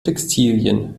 textilien